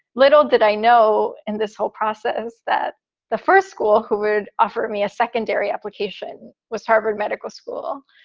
little did i know in this whole process that the first school who would offer me a secondary application was harvard medical school.